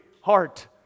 heart